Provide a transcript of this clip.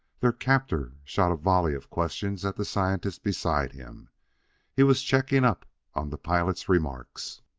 their captor shot a volley of questions at the scientist beside him he was checking up on the pilot's remarks.